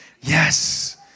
Yes